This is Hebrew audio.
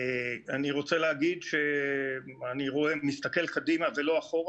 אני רוצה להגיד שאני מסתכל קדימה ולא אחורה.